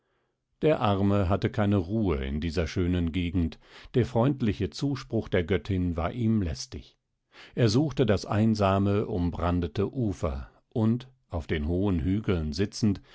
der arme hatte keine ruhe in dieser schönen gegend der freundliche zuspruch der göttin war ihm lästig er suchte das einsame umbrandete ufer und auf den hohen hügeln sitzend